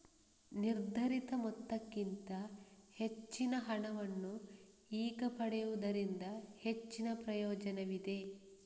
ನಿರ್ಧರಿತ ಮೊತ್ತಕ್ಕಿಂತ ಹೆಚ್ಚಿನ ಹಣವನ್ನು ಈಗ ಪಡೆಯುವುದರಿಂದ ಹೆಚ್ಚಿನ ಪ್ರಯೋಜನವಿದೆ